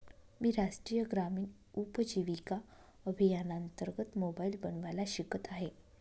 मी राष्ट्रीय ग्रामीण उपजीविका अभियानांतर्गत मोबाईल बनवायला शिकत आहे